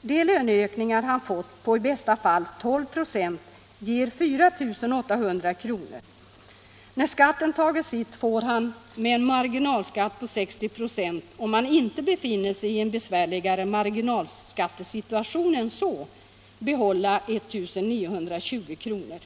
De löneökningar han fått på i bästa fall 12 procent ger 4 800 kronor. När skatten tagit sitt får han — med en marginalskatt på 60 procent, om han inte befinner sig i en besvärligare marginalskattesituation än så — behålla 1920 kronor.